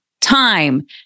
time